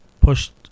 Pushed